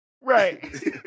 right